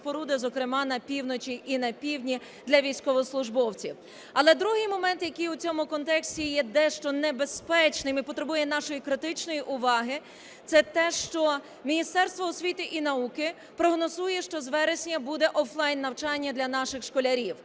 споруди, зокрема на півночі і на півдні для військовослужбовців. Але другий момент, який у цьому контексті є дещо небезпечний, він потребує нашої критичної уваги, це те, що Міністерство освіти і науки прогнозує, що з вересня буде офлайн-навчання для наших школярів.